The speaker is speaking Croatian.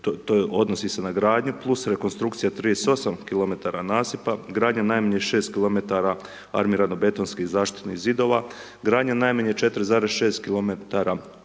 odnosi se na gradnju plus rekonstrukcija 38 km nasipa, gradnja najmanje 6 km armirano betonsko zaštitnih zidova, gradnja najmanje 4,6 km obaloutvrda,